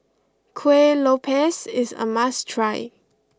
Kuih Lopes is a must try